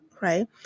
right